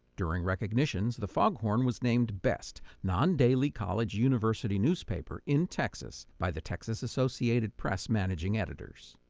during recognitions, the foghorn was named best non-daily college university newspaper in texas by the texas associated press managing editors.